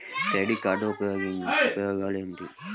Credit card ఉపయోగాలు ఏమిటి?